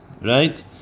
right